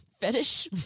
fetish